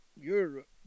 Europe